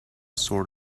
sort